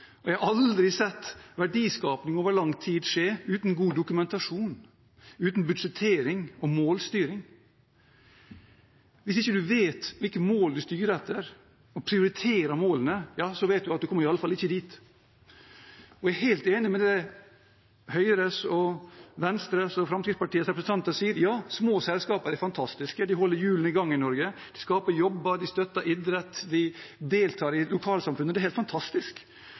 og jeg har aldri sett verdiskaping over lang tid skje uten god dokumentasjon, uten budsjettering og målstyring – at hvis man ikke vet hvilke mål man styrer etter, og prioriterer målene, vet man at man kommer i alle fall ikke dit. Jeg er helt enig i det Høyres, Venstres og Fremskrittspartiets representanter sier – ja, små selskaper er fantastiske. De holder hjulene i gang i Norge, de skaper jobber, de støtter idrett, de deltar i lokalsamfunnet – det er helt fantastisk.